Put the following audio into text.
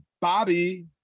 Bobby